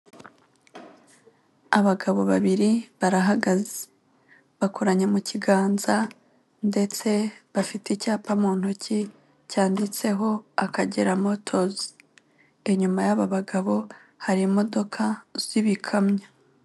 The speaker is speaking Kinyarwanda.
Abagabo babiri barahagaze bakoranye mu kiganza ndetse bafite icyapa mu ntoki cyanditseho ''Akagera Motozi'' inyuma y'aba bagabo hari imodoka z'ibikamyo.